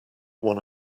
one